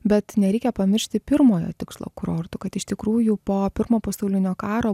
bet nereikia pamiršti pirmojo tikslo kurortų kad iš tikrųjų po pirmo pasaulinio karo